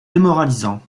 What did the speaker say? démoralisant